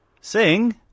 Sing